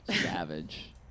savage